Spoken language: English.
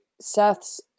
Seth's